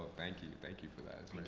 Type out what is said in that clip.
thank you. thank you for that.